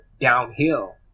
downhill